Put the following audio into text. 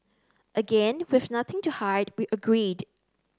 again with nothing to hide we agreed